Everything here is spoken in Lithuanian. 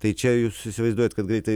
tai čia jūs įsivaizduojat kad greitai